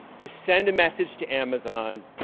to send a message to amazon,